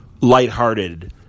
lighthearted